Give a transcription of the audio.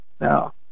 now